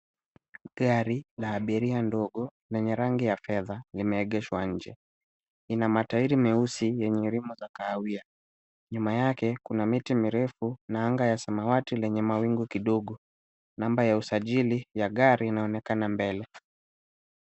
Gari la abiria ndogo lenye rangi ya fedha limeegeshwa nje. Ina matairi meusi yenye rimu za kaawia. Nyuma yake kuna miti mirefu na anga ya samawati lenye mawingu kidogo. Namba ya usajili ya gari inaonekana mbele.